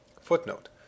Footnote